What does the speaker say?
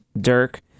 Dirk